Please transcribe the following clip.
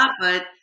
but-